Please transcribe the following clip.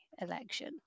election